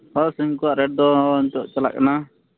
ᱦᱚᱸ ᱥᱤᱢ ᱠᱚᱣᱟᱜ ᱨᱮᱹᱴ ᱫᱚ ᱱᱤᱛᱳᱜ ᱪᱟᱞᱟᱜ ᱠᱟᱱᱟ